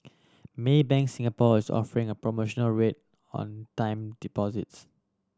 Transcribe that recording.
Maybank Singapore is offering a promotional rate on time deposits